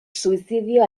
suizidio